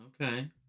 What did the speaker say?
Okay